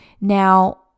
Now